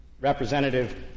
representative